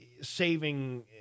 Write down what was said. saving